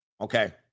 okay